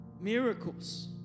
miracles